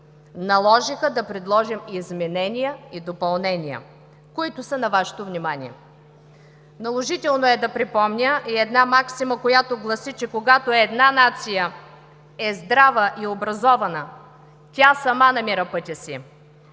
наложиха да предложим изменения и допълнения, които са на Вашето внимание. Наложително е да припомня и една максима, която гласи, че когато една нация е здрава и образована, тя сама намира пътя си,